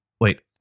Wait